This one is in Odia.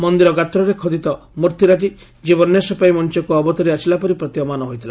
ମନ୍ଦିର ଗାତ୍ରରେ ଖୋଦିତ ମୂର୍ଭିରାଜି ଜୀବନ୍ୟାସ ପାଇ ମଞ୍ଚକୁ ଅବତରି ଆସିଲାପରି ପ୍ରତୀୟମାନ ହୋଇଥିଲା